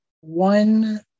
One